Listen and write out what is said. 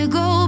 go